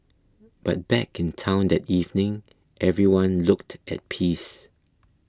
but back in town that evening everyone looked at peace